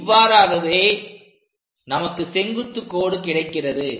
இவ்வாறாகவே நமக்கு செங்குத்து கோடு கிடைக்கிறது